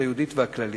היהודית והכללית.